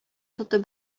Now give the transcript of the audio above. тотып